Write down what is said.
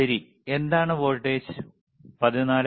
ശരി എന്താണ് വോൾട്ടേജ്